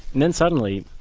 then, suddenly,